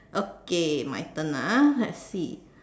okay my turn ah let's see